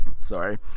Sorry